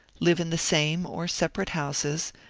live in the same or separate houses,